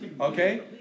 okay